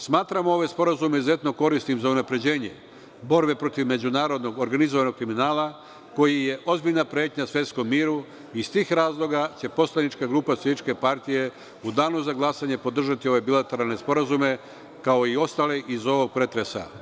Smatram ove sporazume izuzetno korisnim za unapređenje borbe protiv međunarodnog organizovanog kriminala koji je ozbiljna pretnja svetskom miru i iz tih razloga će poslanička grupa SPS u danu za glasanje podržati ove bilateralne sporazume, kao i ostale iz ovog pretresa.